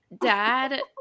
Dad